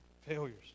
Failures